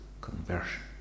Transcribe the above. conversion